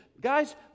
Guys